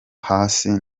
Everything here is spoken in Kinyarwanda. hasi